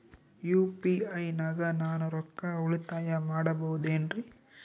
UPI ನಾಗ ನಾನು ರೊಕ್ಕ ಉಳಿತಾಯ ಮಾಡಬಹುದೇನ್ರಿ?